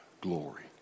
glory